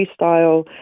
freestyle